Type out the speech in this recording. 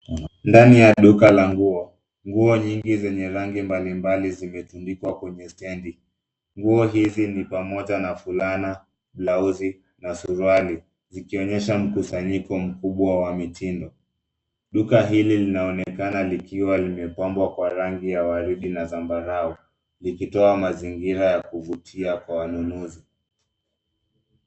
Ndani ya duka la nguo, nguo nyingi zenye rangi mbalimbali zimetundikwa kwenye stendi. Nguo hizi ni pamoja na fulana, blauzi na suruali zikionyesha mkusanyiko mkubwa wa mitindo. Duka hili linaonekana likiwa limepambwa kwa rangi ya waridi na zambarau likitoa mazingira ya kuvutia kwa wanunuzi.